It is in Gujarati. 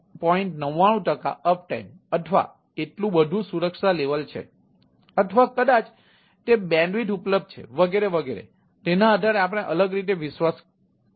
99 ટકા અપટાઇમ અથવા એટલું બધું સુરક્ષા સ્તર છે અથવા કદાચ તે બેન્ડવિડ્થ ઉપલબ્ધ છે વગેરે વગેરે વગેરે તેના આધારે આપણે અલગ રીતે વિશ્વાસ કરી શકીએ છીએ